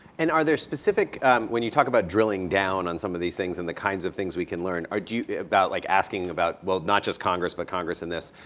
and are there specific when you talk about drilling down on some of these things and the kinds of things we can learn or do you about like asking about well not just congress but congress in this.